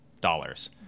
dollars